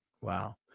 Wow